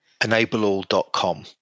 Enableall.com